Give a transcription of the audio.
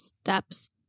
steps